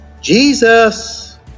Jesus